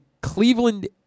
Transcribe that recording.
Cleveland